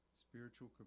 Spiritual